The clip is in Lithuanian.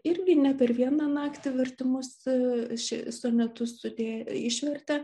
irgi ne per vieną naktį vertimus ši sonetus sudėjo išvertė